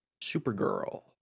Supergirl